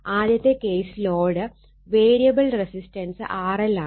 ആദ്യത്തെ case load variable resistance RL ആണ്